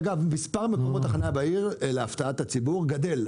אגב, מס' מקומות החנייה בעיר, להפתעת הציבור, גדל.